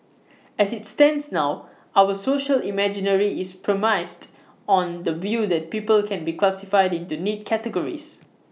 as IT stands now our social imaginary is premised on the view that people can be classified into neat categories